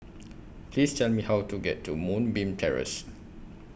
Please Tell Me How to get to Moonbeam Terrace